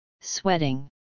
sweating